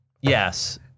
Yes